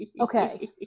Okay